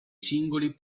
singoli